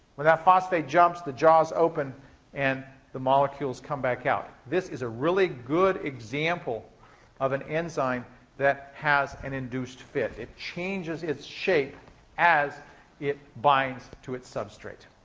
when that phosphate jumps, the jaws open and the molecules come back out. this is a really good example of an enzyme that has an induced fit. it changes its shape as it binds to its substrate.